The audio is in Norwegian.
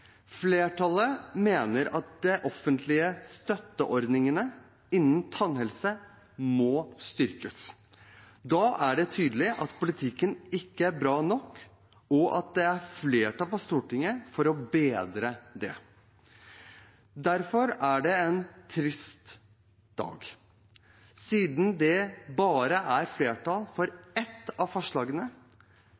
Flertallet mener at de offentlige støtteordningene innen tannhelse må styrkes. Da er det tydelig at politikken ikke er bra nok, og at det er flertall på Stortinget for å bedre det. Derfor er det en trist dag, for det er flertall for